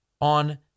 on